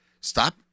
stop